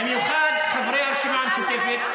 במיוחד חברי הרשימה המשותפת,